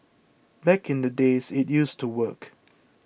back in the days it used to work